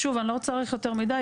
שוב, לא צריך יותר מידי.